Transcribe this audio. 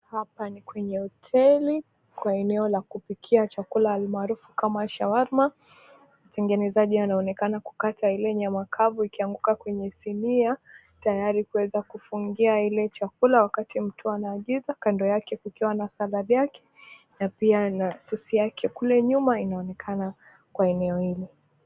Hapa ni kwenye hoteli kwa eneo la kupikia chakula almarufu kama shawarma. Mtengenezaji anaonekana kukata ile nyama kavu ikianguka kwenye sinia, tayari kuweza kufungia ile chakula wakati mtu anaagiza, kando yake kukiwa na salad yake na pia na sosi yake kuna nyuma inaonekana kwa eneo hilo.